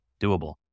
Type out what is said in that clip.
doable